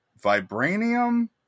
Vibranium